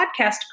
podcast